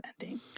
ending